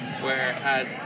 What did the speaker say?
whereas